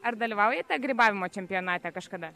ar dalyvaujate grybavimo čempionate kažkada